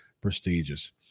prestigious